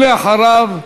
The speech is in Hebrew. ואחריו,